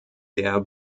der